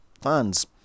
fans